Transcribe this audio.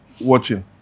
watching